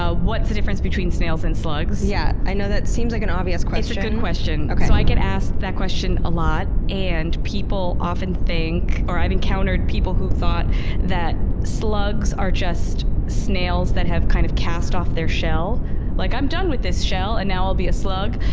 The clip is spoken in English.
ah what's the difference between snails and slugs? yeah i know that seems like an obvious question. it's a good question. so i get asked that question a lot and people often think, or i've encountered people who thought that slugs are just snails that have kind of cast off their shell like, i'm done with this shell and now i'll be a slug.